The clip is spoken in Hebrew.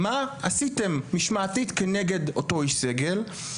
מה עשיתם משמעתית כנגד אותו איש סגל.